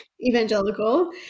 evangelical